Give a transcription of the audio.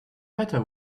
matter